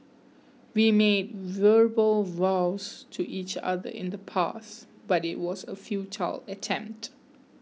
we made verbal vows to each other in the past but it was a futile attempt